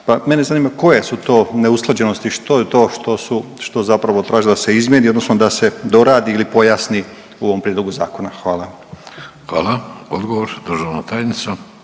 Pa, mene zanima, koje su to neusklađenosti, što je to što su, što zapravo traži da se izmijeni odnosno da se doradi ili pojasni u ovom Prijedlogu zakona? Hvala. **Vidović, Davorko